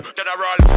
general